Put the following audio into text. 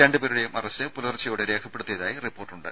രണ്ടുപേരുടെയും അറസ്റ്റ് പുലർച്ചെയോടെ രേഖപ്പെടുത്തിയതായി റിപ്പോർട്ടുണ്ട്